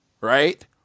right